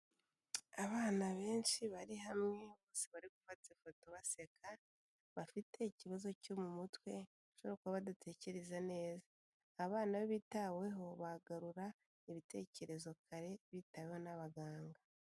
Abana benshi bari hamwe bose bari gufata ifoto baseka, bafite ikibazo cyo mu mutwe, bashobora kuba badatekereza neza. Abana iyo bitaweho bagarura ibitekerezo kare, bitaweho n'abaganga.